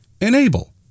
enable